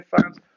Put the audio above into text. fans